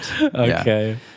Okay